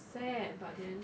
sad but then